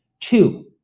Two